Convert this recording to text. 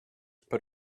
put